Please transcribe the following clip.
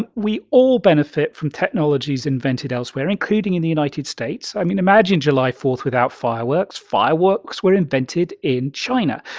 but we all benefit from technologies invented elsewhere, including in the united states. i mean, imagine july four without fireworks. fireworks were invented in china.